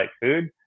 food